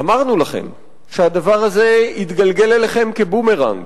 אמרנו לכם שהדבר יתגלגל אליכם כבומרנג,